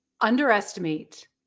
underestimate